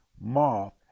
moth